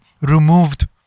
removed